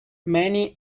many